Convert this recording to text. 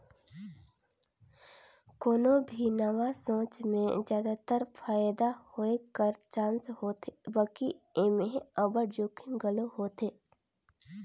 कोनो भी नावा सोंच में जादातर फयदा होए कर चानस होथे बकि एम्हें अब्बड़ जोखिम घलो होथे